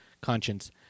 conscience